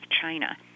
China